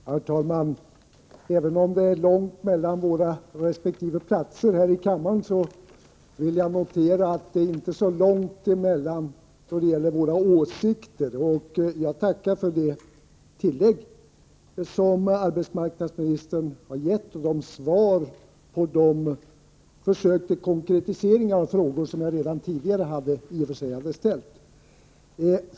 Herr talman! Även om det är långt mellan våra resp. platser här i kammaren, vill jag notera att det inte är så långt mellan oss vad gäller våra åsikter. Jag tackar arbetsmarknadsministern för tillägget och svaren och försöken till konkretisering beträffande de frågor som jag redan tidigare hade ställt.